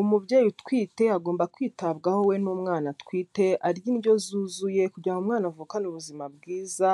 Umubyeyi utwite agomba kwitabwaho we n'umwana atwite; arya indyo yuzuye kugira ngo umwana avukane ubuzima bwiza,